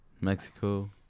Mexico